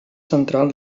central